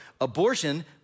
Abortion